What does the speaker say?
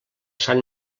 sant